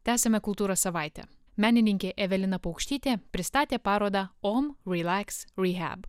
tęsiame kultūros savaitę menininkė evelina paukštytė pristatė parodą omrelaxrehab